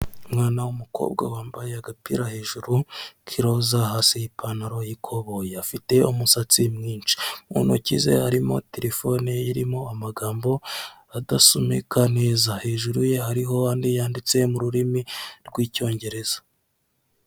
Umwana w'umukobwa wambaye agapira hejuru k'iroza hasi ipantaro yikoboyi, afite umusatsi mwinshi mu ntoki ze harimo telefone ye irimo amagambo adasomeka neza, hejuru ye hariho andi yanditse mu rurimi rw'Icyongereza.